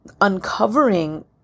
uncovering